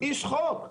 איש חוק.